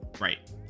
Right